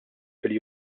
fil